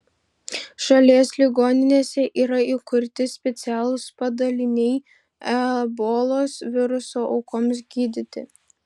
šalies ligoninėse yra įkurti specialūs padaliniai ebolos viruso aukoms gydyti